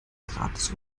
gratis